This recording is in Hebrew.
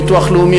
ביטוח לאומי,